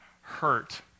hurt